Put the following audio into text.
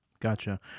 Gotcha